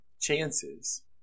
chances